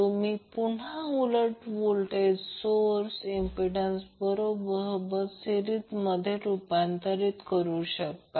तर तुम्ही पुन्हा उलट व्होल्टेज सोर्स इम्पिडंस सोबत सिरिसमध्ये रूपांतर करू शकता